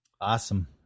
Awesome